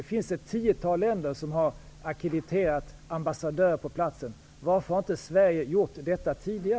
Det finns ett tiotal länder som har ackrediterat ambassadörer på platsen. Varför har inte Sverige gjort detta?